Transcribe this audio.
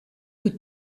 que